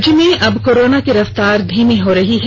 राज्य में अब कोरोना की रफ्तार धीमी हो रही है